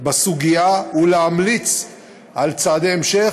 בסוגיה ולהמליץ על צעדי המשך,